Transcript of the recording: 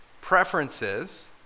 preferences